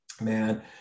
man